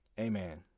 Amen